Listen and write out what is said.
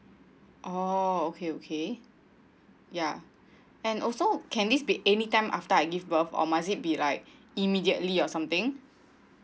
oh okay okay ya and also can this be any time after I give birth or must it be like immediately or something